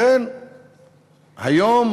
לכן היום